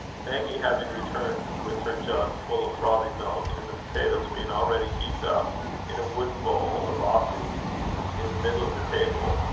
maggie having returned with her jug full of frothy milk, and the potatoes being already heaped up in a wooden bowl or bossie in the middle of the table,